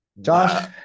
Josh